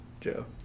Joe